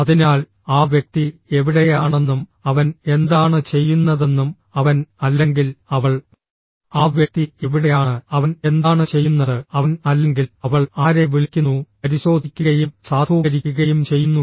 അതിനാൽ ആ വ്യക്തി എവിടെയാണെന്നും അവൻ എന്താണ് ചെയ്യുന്നതെന്നും അവൻ അല്ലെങ്കിൽ അവൾ ആ വ്യക്തി എവിടെയാണ് അവൻ എന്താണ് ചെയ്യുന്നത് അവൻ അല്ലെങ്കിൽ അവൾ ആരെ വിളിക്കുന്നു പരിശോധിക്കുകയും സാധൂകരിക്കുകയും ചെയ്യുന്നു